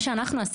אנחנו,